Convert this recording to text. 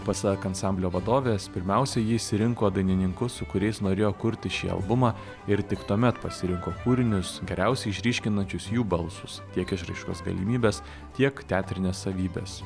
pasak ansamblio vadovės pirmiausia ji išsirinko dainininkus su kuriais norėjo kurti šį albumą ir tik tuomet pasirinko kūrinius geriausiai išryškinančius jų balsus tiek išraiškos galimybes tiek teatrines savybes